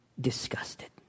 disgusted